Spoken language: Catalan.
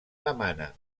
emana